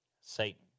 Satan